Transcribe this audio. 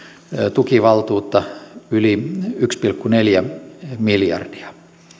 tukivaltuutta yli yksi pilkku neljä miljardia